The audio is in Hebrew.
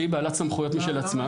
שהיא בעלת סמכויות משל עצמה.